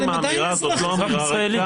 עדיין הם ישראלים.